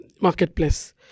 marketplace